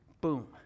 boom